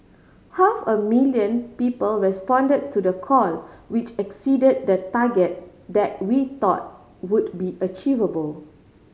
half a million people respond to the call which exceed the target that we thought would be achievable